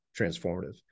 transformative